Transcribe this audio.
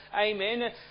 amen